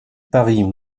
paris